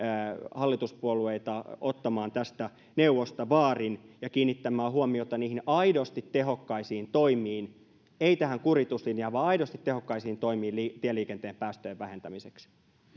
hallituspuolueita ottamaan tästä neuvosta vaarin ja kiinnittämään huomiota niihin aidosti tehokkaisiin toimiin ei tähän kurituslinjaan vaan aidosti tehokkaisiin toimiin tieliikenteen päästöjen vähentämiseksi